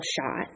shot